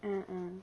ah ah